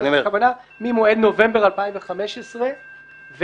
הכוונה ממועד נובמבר 2015 ואילך.